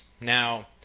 Now